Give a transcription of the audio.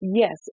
yes